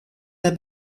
der